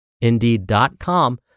indeed.com